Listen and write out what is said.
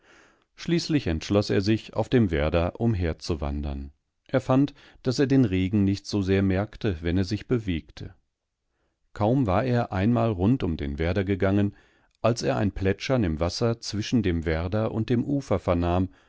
schließlich entschloß er sich auf dem werder umherzuwandern er fand daß er den regen nicht so sehr merkte wenn er sichbewegte kaumwarereinmalrundumdenwerdergegangen alserein plätschern im wasser zwischen dem werder und dem ufer vernahm